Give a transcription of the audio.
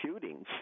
shootings